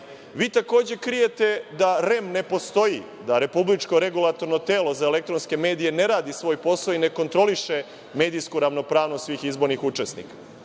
Vi takođe krijete da REM ne postoji, da Republičko regulatorno telo za elektronske medije ne radi svoj posao i ne kontroliše medijsku ravnopravnost svih izbornih učesnika.